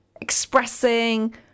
expressing